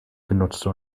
genutzte